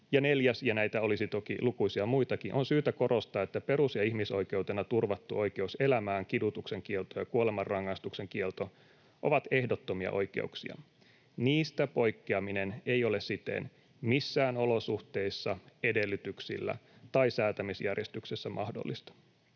neljäs — ja näitä olisi toki lukuisia muitakin: ”On syytä korostaa, että perus- ja ihmisoikeutena turvattu oikeus elämään, kidutuksen kielto ja kuolemanrangaistuksen kielto ovat ehdottomia oikeuksia. Niistä poikkeaminen ei ole siten missään olosuhteissa, edellytyksillä tai säätämisjärjestyksessä mahdollista.”